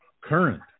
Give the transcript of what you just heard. current